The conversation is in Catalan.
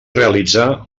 realitza